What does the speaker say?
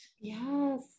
Yes